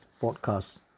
podcast